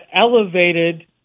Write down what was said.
elevated